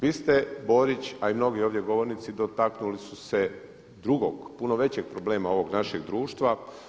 Vi ste Borić a i mnogi ovdje govornici dotaknuli su se drugog, puno većeg problema ovog našeg društva.